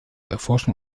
erforschen